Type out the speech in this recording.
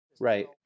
right